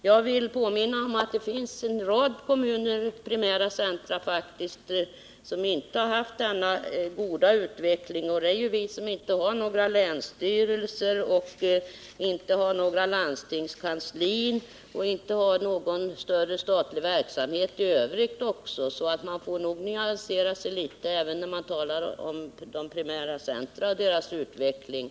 Jag vill påminna om att det faktiskt finns primära centra som inte haft denna goda utveckling, och det gäller för oss som inte har några länsstyrelser, inte har några landstingskanslier och inte har någon större statlig verksamhet heller. Man får alltså nyansera sig litet även när man talar om de primära centra och deras utveckling.